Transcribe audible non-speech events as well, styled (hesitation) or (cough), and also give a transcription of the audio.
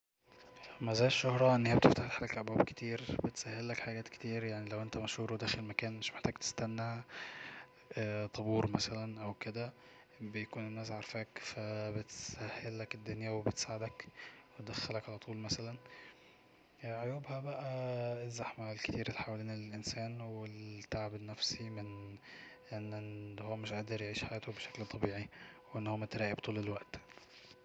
"مزايا الشهرة ان هي بتفتحلك ابواب كتير بتسهلك حاجات كتير يعني لو انت مشهور وداخل مكان مش محتاج نستنى طابور مثلا او كده بيكون الناس عارفاك ف (hesitation) بتسهلك الدنيا وبتساعدك بتدخلك علطول مثلا هي عيوبها بقا (hesitation) الزحمه الكتير اللي حوالين الإنسان والتعب النفسي من أنه مش عارف يعيش حياته بشكل طبيعي وان هو متراقب طول الوقت"